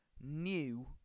new